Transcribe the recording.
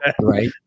Right